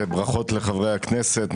וברכות לחברי הכנסת.